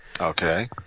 Okay